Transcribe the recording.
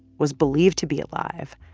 was believed to be alive,